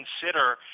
consider